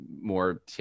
More